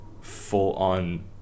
full-on